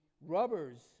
rubbers